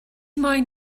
moyn